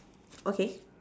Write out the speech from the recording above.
okay